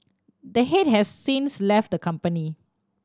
the head has since left the company